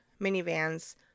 minivans